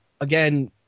again